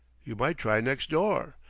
you might try next door,